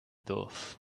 doth